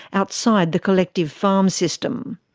outside the collective farm system.